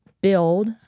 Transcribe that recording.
build